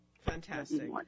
Fantastic